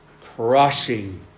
crushing